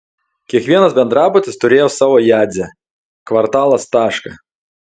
kiekvienas bendrabutis turėjo savo jadzę kvartalas tašką